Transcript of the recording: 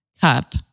cup